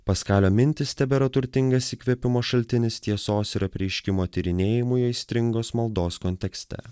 paskalio mintys tebėra turtingas įkvėpimo šaltinis tiesos ir apreiškimo tyrinėjimui aistringos maldos kontekste